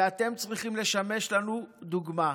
ואתם צריכים לשמש לנו דוגמה,